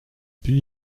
put